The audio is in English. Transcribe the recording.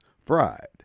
fried